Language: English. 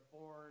born